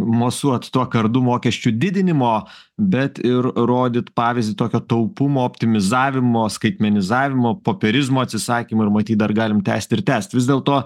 mosuot tuo kardu mokesčių didinimo bet ir rodyt pavyzdį tokio taupumo optimizavimo skaitmenizavimo popierizmo atsisakymo ir matyt dar galim tęst ir tęst vis dėlto